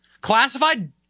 classified